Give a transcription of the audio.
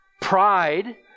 Pride